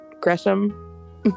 Gresham